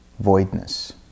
Voidness